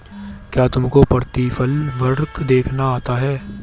क्या तुमको प्रतिफल वक्र देखना आता है?